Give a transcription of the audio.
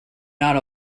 not